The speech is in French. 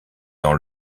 dans